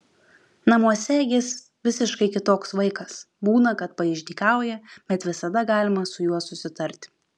namuose jis visiškai kitoks vaikas būna kad paišdykauja bet visada galima su juo susitarti